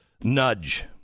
Nudge